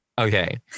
Okay